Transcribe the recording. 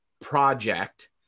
project